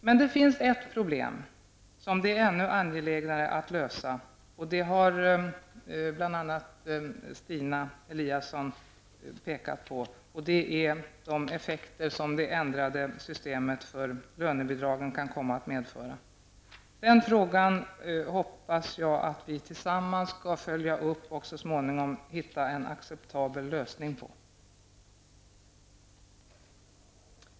Men det finns ett problem som det är ännu angelägnare att lösa, och det har bl.a. Stina Eliasson pekat på. Det gäller de effekter som det ändrade systemet för lönebidragen kan komma att medföra. Den frågan hoppas jag att vi tillsammans skall kunna följa upp och så småningom finna en acceptabel lösning på.